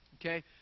Okay